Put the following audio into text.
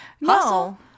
no